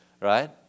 right